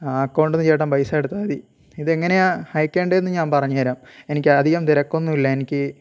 ആ അക്കൗണ്ടിൽ നിന്ന് ചേട്ടൻ പൈസ എടുത്താൽ മതി ഇത് എങ്ങനെയാണ് അയയ്ക്കേണ്ടതെന്ന് ഞാൻ പറഞ്ഞു തരാം എനിക്ക് അധികം തിരക്കൊന്നുമില്ല എനിക്ക്